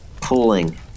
pulling